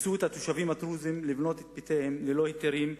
את התושבים הדרוזים לבנות את בתיהם ללא היתרים,